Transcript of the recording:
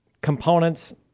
components